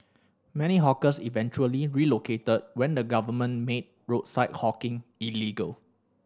many hawkers eventually relocated when the government made roadside hawking illegal